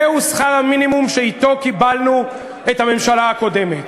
זהו שכר המינימום שאתו קיבלנו את הממשלה הקודמת.